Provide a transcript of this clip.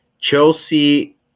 Chelsea